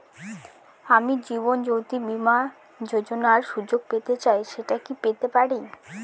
আমি জীবনয্যোতি বীমা যোযোনার সুযোগ পেতে চাই সেটা কি পেতে পারি?